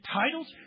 titles